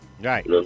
Right